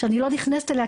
שאני לא נכנסת אליה,